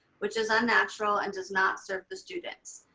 which is unnatural and does not serve the students.